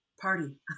Party